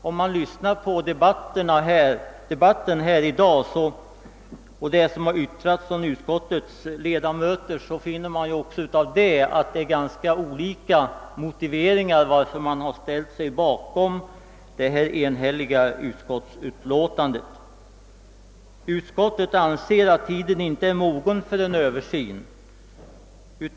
Om man lyssnat på vad som yttrats av utskottets ledamöter under debatten i dag, har man också funnit att de har haft ganska olika motiveringar för att ställa sig bakom detta enhälliga utlåtande.